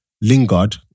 Lingard